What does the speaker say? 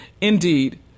Indeed